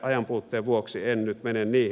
ajanpuutteen vuoksi en nyt mene niihin